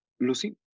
Lucy